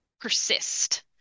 persist